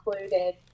included